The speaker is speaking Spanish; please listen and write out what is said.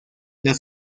las